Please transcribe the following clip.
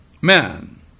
man